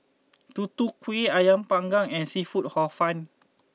Tutu Kueh Ayam Panggang and Seafood Hor Fun